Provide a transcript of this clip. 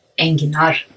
enginar